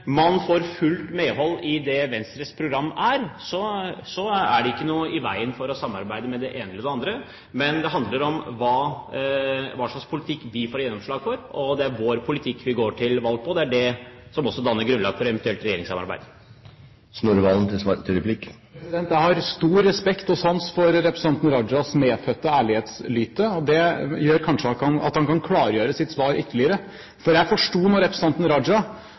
man får fullt medhold i Venstres program, er det ikke noe i veien for å samarbeide med den ene eller den andre. Men det handler om hva slags politikk vi får gjennomslag for, og at det er vår politikk vi går til valg på. Det er det som også danner grunnlag for et eventuelt regjeringssamarbeid. Jeg har stor respekt og sans for representanten Rajas medfødte ærlighetslyte. Det gjør kanskje at han kan klargjøre sitt svar ytterligere. Jeg forsto representanten Raja